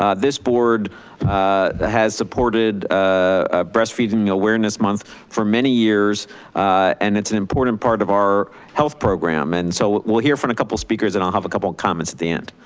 um this board has supported ah breastfeeding awareness month for many years and it's an important part of our health program. and so we'll hear from a couple of speakers and i'll have a couple of comments at the end.